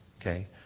okay